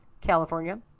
California